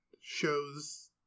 shows